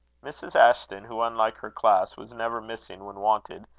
mrs. ashton, who, unlike her class, was never missing when wanted,